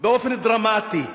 באופן דרמטי,